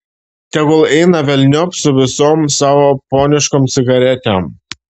tegul eina velniop su visom savo poniškom cigaretėm